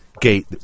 gate